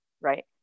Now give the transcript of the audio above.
right